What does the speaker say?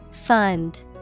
Fund